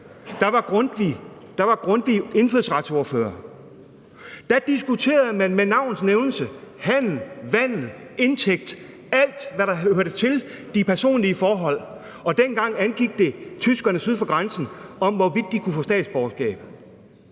var Grundtvig indfødsretsordfører. Da diskuterede man med navns nævnelse handel, vandel, indtægt, alt, hvad der hørte til de personlige forhold, og dengang angik det tyskerne syd for grænsen, altså diskussionen om, hvorvidt de kunne få statsborgerskab.